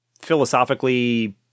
philosophically